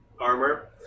armor